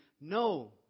No